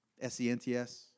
S-E-N-T-S